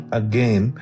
again